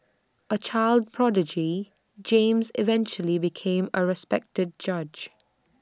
A child prodigy James eventually became A respected judge